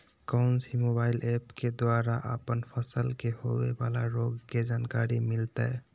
कौन सी mobile app के द्वारा अपन फसल के होबे बाला रोग के जानकारी मिलताय?